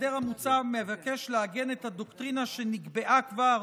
ההסדר המוצע מבקש לעגן את הדוקטרינה שנקבעה כבר